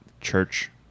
church